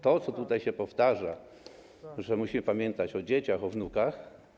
To się tutaj powtarza, że musimy pamiętać o dzieciach, o wnukach.